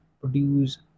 produce